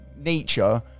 nature